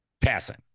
Passing